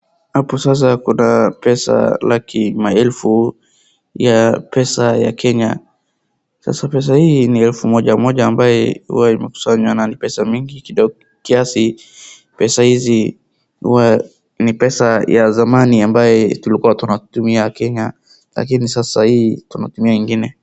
Hapo sasa kuna pesa laki maelfu ya pesa ya Kenya. Sasa pesa hii ni elfu mojamoja ambaye huwa imekusanywa na ni pesa mingi kiasi, pesa hizi huwa ni pesa ya zamani ambaye tulikuwa tunatumia Kenya lakini sasa sahii tunatumia ingine.